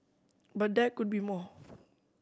but there could be more